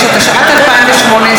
שהחזירה ועדת החינוך,